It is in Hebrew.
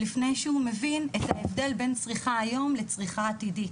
לפני שהוא מבין את ההבדל בין צריכה היום לצריכה עתידית.